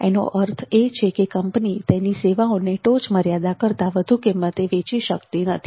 એનો એ અર્થ છે કે કંપની તેની સેવાઓને ટોચ મર્યાદા કરતાં વધુ કિંમતે વેચી શકતી નથી